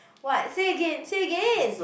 what say again say again